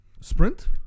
Sprint